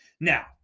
Now